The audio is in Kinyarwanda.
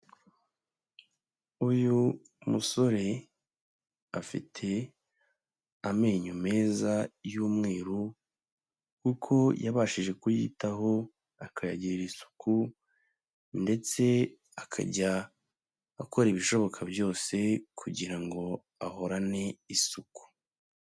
Uyu musore afite amenyo meza y'umweru kuko yabashije kuyitaho, akayagirarira isuku ndetse akajya akora ibishoboka byose kugira ngo ahorane isuku.